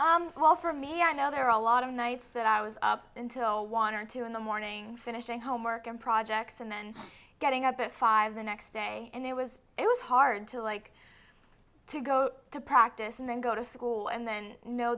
all for me i know there are a lot of nights that i was up until one or two in the morning finishing homework and projects and then getting up at five the next day and it was it was hard to like to go to practice and then go to school and then kno